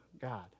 God